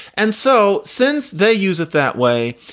and so since they use it that way.